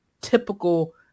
Typical